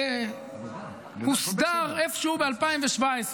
הוסדר איפשהו ב-2017,